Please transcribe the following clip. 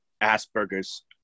Asperger's